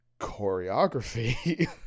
choreography